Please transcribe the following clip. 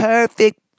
Perfect